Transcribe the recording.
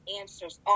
answers